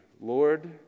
Lord